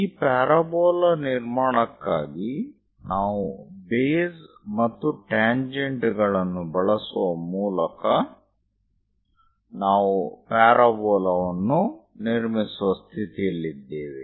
ಈ ಪ್ಯಾರಾಬೋಲಾ ನಿರ್ಮಾಣಕ್ಕಾಗಿ ನಾವು ಬೇಸ್ ಮತ್ತು ಟ್ಯಾಂಜೆಂಟ್ ಗಳನ್ನು ಬಳಸುವ ಮೂಲಕ ನಾವು ಪ್ಯಾರಾಬೋಲಾವನ್ನು ನಿರ್ಮಿಸುವ ಸ್ಥಿತಿಯಲ್ಲಿದ್ದೇವೆ